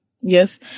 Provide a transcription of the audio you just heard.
yes